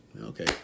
okay